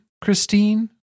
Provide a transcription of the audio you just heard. Christine